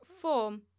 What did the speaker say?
Form